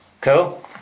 cool